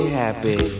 happy